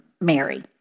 Mary